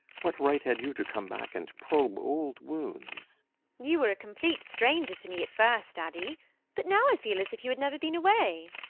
what right had you to come back and probe old wounds you were a complete stranger to me at first, addy but now i feel as if you had never been away.